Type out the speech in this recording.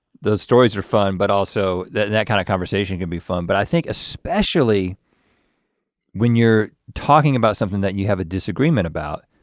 those stories are fun, but also that that kinda kind of conversation can be fun, but i think especially when you're talking about something that you have a disagreement about.